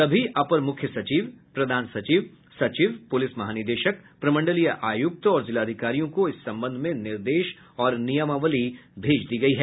सभी अपर मुख्य सचिव प्रधान सचिव सचिव पुलिस महानिदेशक प्रमंडलीय आयुक्त और जिलाधिकारियों को इस संबंध में निर्देश और नियमावली भेज दिये गये हैं